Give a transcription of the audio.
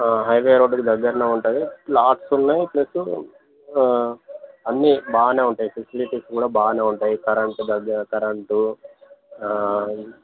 highway రోడ్కి దగ్గరలోనే ఉంటుంది ప్లాట్స్ ఉన్నాయి ప్లస్ అన్నీ బాగానే ఉంటాయి ఫెసిలిటీస్ కూడా బాగానే ఉంటాయి కరెంటు దగ్గర కరెంటు